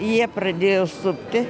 jie pradėjo supti